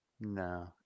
No